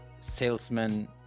salesman